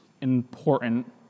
important